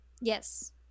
Yes